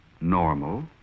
normal